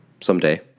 someday